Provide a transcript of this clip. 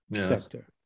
sector